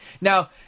now